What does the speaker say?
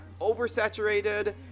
oversaturated